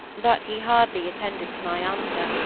but he hardly attended to my answer,